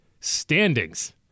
standings